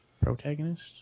Protagonist